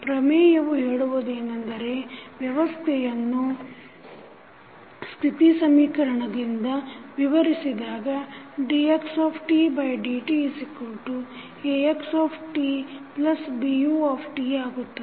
ಪ್ರಮೇಯವು ಹೇಳುವುದೆನೆಂದರೆ ವ್ಯವಸ್ಥೆಯನ್ನು ಸ್ಥಿತಿ ಸಮೀಕರಣದಿಂದ ವಿವರಿಸಿದಾಗ dxdtAxtBut ಆಗುತ್ತದೆ